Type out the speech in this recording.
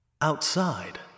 Outside